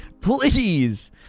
please